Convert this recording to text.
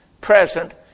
present